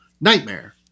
nightmare